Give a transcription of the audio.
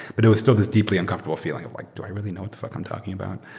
but it was still this deeply uncomfortable feeling like, do i really know what the fuck i'm talking about?